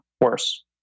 worse